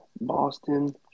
Boston